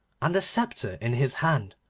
and the sceptre in his hand,